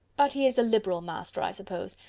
but he is a liberal master, i suppose,